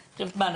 מה,